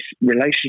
relationship